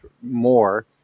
more